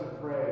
pray